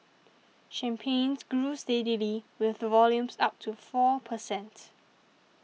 Champagnes grew steadily with volumes up to four per cent